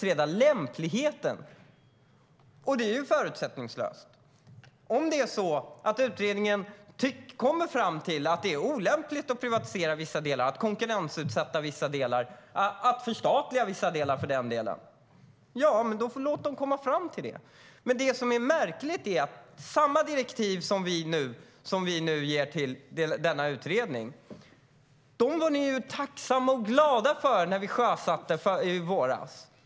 Ja, det är förutsättningslöst. Om det är så att utredningen kommer fram till att det är olämpligt att privatisera, konkurrensutsätta eller för den delen förstatliga vissa delar, låt den då komma fram till det! Men samma direktiv som vi nu ger till denna utredning var ni tacksamma och glada för vid sjösättningen i våras.